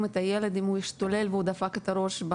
את הילד אם הוא השתולל ודפק את הראש ברצפה.